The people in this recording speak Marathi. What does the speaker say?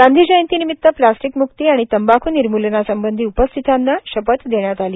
गांधी जयंती निमित प्लास्टीक मुक्ती आणि तंबाख् निर्मूलनासंबंधी उपस्थितांना शपथ देण्यात आली